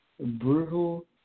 brutal